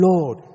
Lord